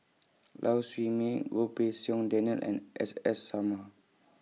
Lau Siew Mei Goh Pei Siong Daniel and S S Sarma